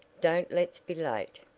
don't let's be late.